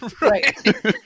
Right